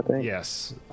Yes